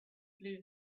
blue